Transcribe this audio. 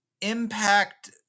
impact